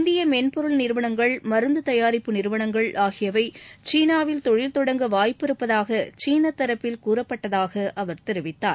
இந்திய மென்பொருள் நிறுவனங்கள் மருந்து தயாரிப்பு நிறுவனங்கள் ஆகியவை சீனாவில் தொழில் தொடங்க வாய்ப்பு இருப்பதாக சீனத் தரப்பில் கூறப்பட்டதாகத் அவர் தெரிவித்தார்